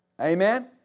Amen